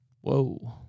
Whoa